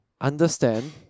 understand